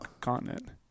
continent